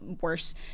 worse